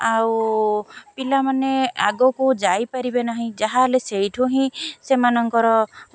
ଆଉ ପିଲାମାନେ ଆଗକୁ ଯାଇପାରିବେ ନାହିଁ ଯାହାହେଲେ ସେଇଠୁ ହିଁ ସେମାନଙ୍କର